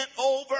over